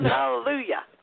Hallelujah